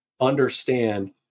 understand